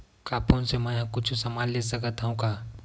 का फोन से मै हे कुछु समान ले सकत हाव का?